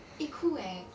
eh cool eh